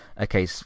okay